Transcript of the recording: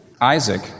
Isaac